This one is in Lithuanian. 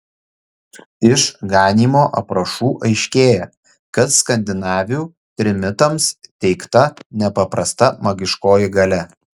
iš ganymo aprašų aiškėja kad skandinavių trimitams teikta nepaprasta magiškoji galia